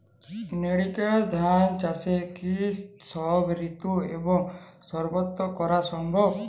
NERICA ধান চাষ কি সব ঋতু এবং সবত্র করা সম্ভব?